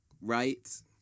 Right